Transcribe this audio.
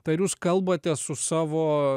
tai ar jūs kalbate su savo